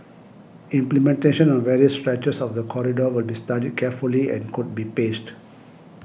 implementation on various stretches of the corridor will be studied carefully and could be paced